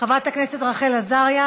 חברת הכנסת רחל עזריה,